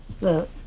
Look